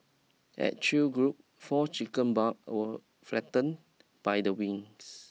at Chew Group four chicken barb were flattened by the winds